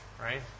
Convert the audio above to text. right